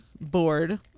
bored